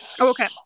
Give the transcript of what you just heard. okay